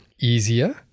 easier